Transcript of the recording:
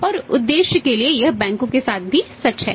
और उद्देश्य के लिए यह बैंकों के साथ भी सच है